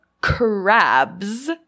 crabs